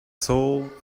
soul